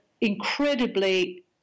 incredibly